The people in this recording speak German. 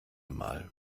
mal